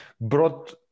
brought